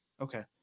okay